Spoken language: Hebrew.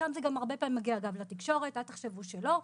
משם זה גם הרבה פעמים מגיע לתקשורת, אל תחשבו שלא,